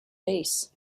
bass